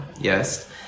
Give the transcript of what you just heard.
Yes